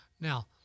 Now